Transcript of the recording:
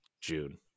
June